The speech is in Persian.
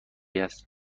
است